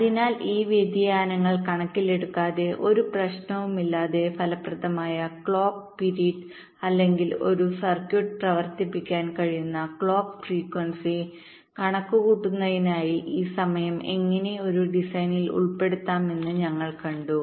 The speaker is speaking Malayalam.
അതിനാൽ ഈ വ്യതിയാനങ്ങൾ കണക്കിലെടുക്കാതെ ഒരു പ്രശ്നവുമില്ലാതെ ഫലപ്രദമായ ക്ലോക്ക് പിരീഡ്അല്ലെങ്കിൽ ഒരു സർക്യൂട്ട് പ്രവർത്തിപ്പിക്കാൻ കഴിയുന്ന ക്ലോക്ക് ഫ്രീക്വൻസി കണക്കുകൂട്ടുന്നതിനായി ഈ സമയം എങ്ങനെ ഒരു ഡിസൈനിൽ ഉൾപ്പെടുത്താമെന്ന് ഞങ്ങൾ കണ്ടു